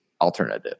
alternative